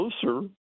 closer